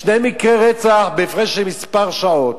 שני מקרי רצח בהפרש של כמה שעות,